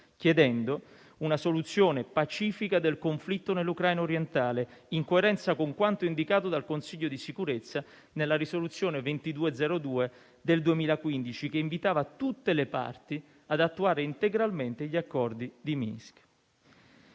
chiedendo una soluzione pacifica del conflitto nell'Ucraina orientale, in coerenza con quanto indicato dal Consiglio di sicurezza nella risoluzione n. 2202 del 2015, che invitava tutte le parti ad attuare integralmente gli accordi di Minsk.